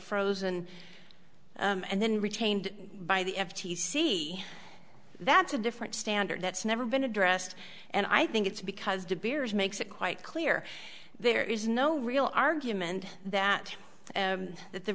frozen and then retained by the f t c that's a different standard that's never been addressed and i think it's because de beers makes it quite clear there is no real argument that that the